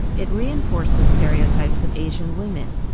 it reinforces stereotypes of asian women.